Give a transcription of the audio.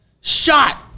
shot